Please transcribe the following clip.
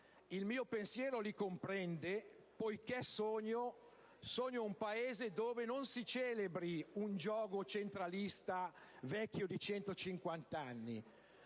il mio pensiero li comprende poiché sogno un Paese dove non si celebri un giogo centralista vecchio di 150 anni,